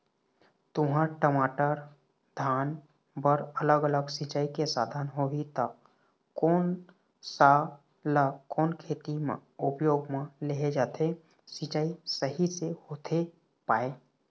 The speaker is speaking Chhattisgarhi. तुंहर, टमाटर, धान बर अलग अलग सिचाई के साधन होही ता कोन सा ला कोन खेती मा उपयोग मा लेहे जाथे, सिचाई सही से होथे पाए?